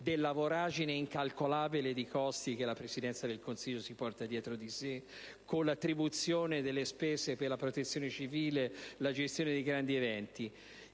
della voragine incalcolabile dei costi che la Presidenza del Consiglio si porta dietro di sé, con l'attribuzione delle spese per la Protezione civile, la gestione dei grandi eventi?